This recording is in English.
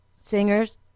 singers